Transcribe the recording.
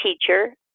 teacher